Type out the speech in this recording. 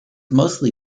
mostly